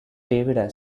david